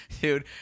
dude